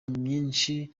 myinshi